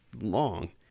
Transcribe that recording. long